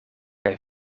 kaj